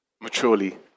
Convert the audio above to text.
maturely